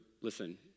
Listen